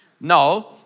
No